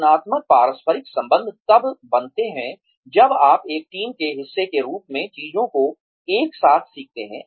रचनात्मक पारस्परिक संबंध तब बनते हैं जब आप एक टीम के हिस्से के रूप में चीजों को एक साथ सीखते हैं